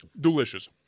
Delicious